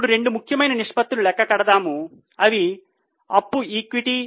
ఇప్పుడు రెండు ముఖ్యమైన నిష్పత్తులు లెక్క కడతాము అవి అప్పు ఈక్విటీ